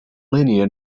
linear